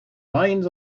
lines